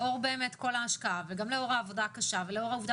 לאור כל ההשקעה ולאור העבודה הקשה ולאור העובדה